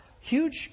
huge